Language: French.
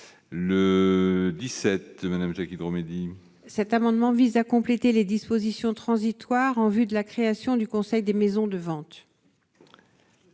le 17 Madame Jacques Hydro-Mehdi. Cet amendement vise à compléter les dispositions transitoires en vue de la création du Conseil des maisons de vente.